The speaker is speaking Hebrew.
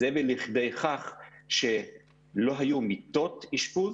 וזה הביא לידי כך שלא היו מיטות אשפוז,